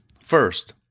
First